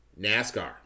NASCAR